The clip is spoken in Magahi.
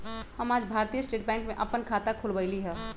हम आज भारतीय स्टेट बैंक में अप्पन खाता खोलबईली ह